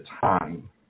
time